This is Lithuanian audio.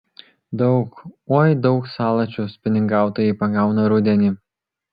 daug oi daug salačių spiningautojai pagauna rudenį